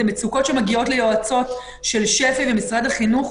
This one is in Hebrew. המצוקות שמגיעות ליועצות של שפ"י ומשרד החינוך.